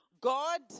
God